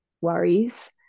worries